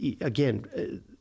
again